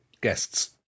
guests